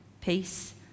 peace